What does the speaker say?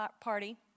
party